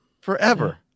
forever